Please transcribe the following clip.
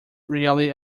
reality